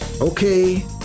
Okay